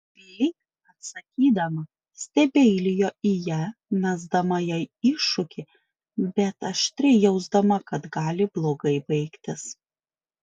li atsakydama stebeilijo į ją mesdama jai iššūkį bet aštriai jausdama kad gali blogai baigtis